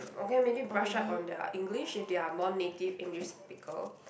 okay maybe brush up on their English if they are non-native English speaker